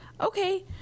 okay